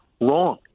wrong